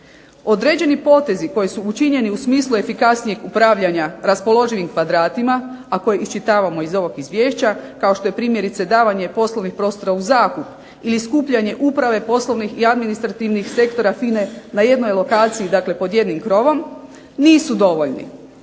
Određeni potezi koji su učinjeni u smislu efikasnijeg upravljanja raspoloživim kvadratima a koje iščitavamo iz ovog Izvješća kao što je primjerice davanje poslovnih prostora u zakup ili skupljanje uprave poslovnih i administrativnih sektora FINA-e na jednoj lokaciji dakle pod jednim krovom, nisu dovoljni.